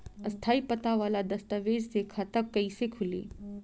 स्थायी पता वाला दस्तावेज़ से खाता कैसे खुली?